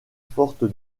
forte